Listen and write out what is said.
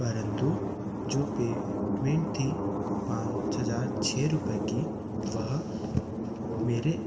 परन्तु जो पेमेंट थी पाँच हजार छः रूपए कि वह मेरे